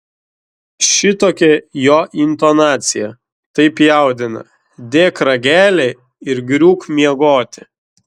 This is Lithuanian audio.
šitokia jo intonacija taip jaudina dėk ragelį ir griūk miegoti